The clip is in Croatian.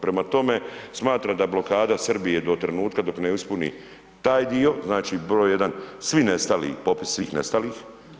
Prema tome, smatram da blokada Srbije do trenutka dok ne ispuni taj dio, znači broj 1 svi nestali, popis svih nestalih.